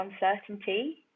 uncertainty